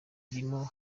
irimo